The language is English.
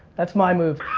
that's my move.